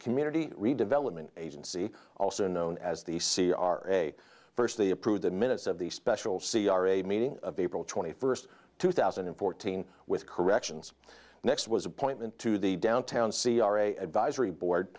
community redevelopment agency also known as the c r a firstly approve the minutes of the special c r a meeting of april twenty first two thousand and fourteen with corrections next was appointment to the downtown c r a advisory board